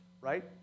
right